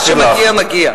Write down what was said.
מה שמגיע מגיע.